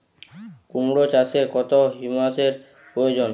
কুড়মো চাষে কত হিউমাসের প্রয়োজন?